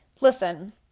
listen